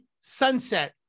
sunset